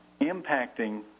impacting